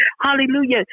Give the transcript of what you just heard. hallelujah